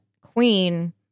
queen